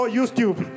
YouTube